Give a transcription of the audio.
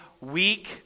weak